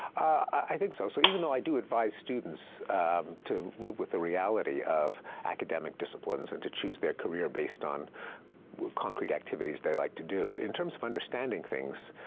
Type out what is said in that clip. i think so. so even though i do advise students to live with the reality of academic disciplines and to choose their career based on concert activities they like to do, in terms of understanding things,